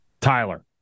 Tyler